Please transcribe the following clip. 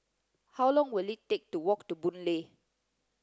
how long will it take to walk to Boon Lay